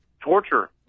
torture